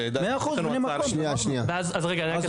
אז גם אין כוונה.